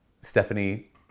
Stephanie